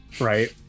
right